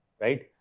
right